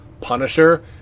Punisher